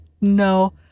No